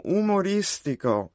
umoristico